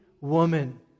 woman